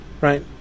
Right